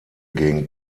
gegen